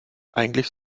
eigentlich